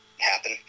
Happen